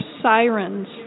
sirens